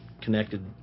Connected